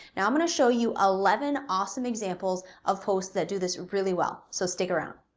now i'm gonna show you eleven awesome examples of posts that do this really well, so stick around.